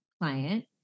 client